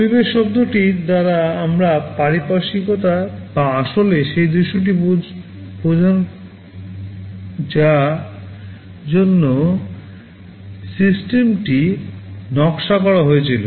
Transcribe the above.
পরিবেশ শব্দটি দ্বারা আমরা পারিপার্শ্বিকতা বা আসলে সেই দৃশ্যটি বোঝায় যার জন্য সিস্টেমটি নকশা করা হয়েছিল